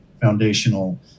foundational